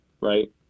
right